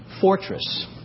fortress